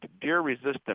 deer-resistant